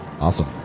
awesome